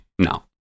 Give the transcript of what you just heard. No